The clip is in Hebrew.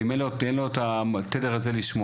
ואם אין לו את התדר הזה לשמוע,